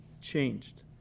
changed